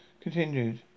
continued